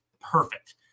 Perfect